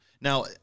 Now